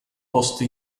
posto